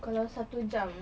kalau satu jam